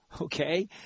Okay